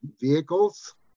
vehicles